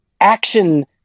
action